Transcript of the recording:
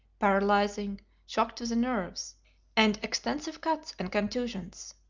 paralysing shock to the nerves and extensive cuts and contusions.